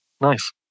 Nice